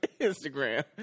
Instagram